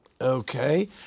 Okay